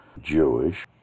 Jewish